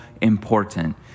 important